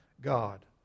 God